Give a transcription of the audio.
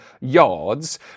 yards